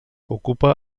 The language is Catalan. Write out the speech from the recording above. ocupa